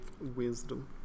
Wisdom